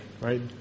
Right